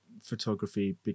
photography